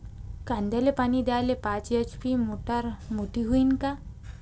कांद्याले पानी द्याले पाच एच.पी ची मोटार मोटी व्हईन का?